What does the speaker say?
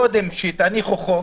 קודם שאתם מניחים חוק,